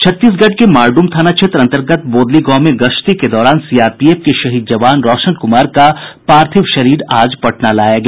छत्तीसगढ़ के मारडूम थाना क्षेत्र अंतर्गत बोदली गांव में गश्ती के दौरान सीआरपीएफ के शहीद जवान रौशन कुमार का पार्थिव शरीर आज पटना लाया गया